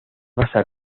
basa